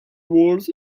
walls